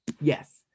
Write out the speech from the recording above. yes